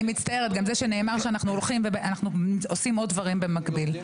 גם זה שנאמר שאנחנו הולכים ועושים עוד דברים במקביל.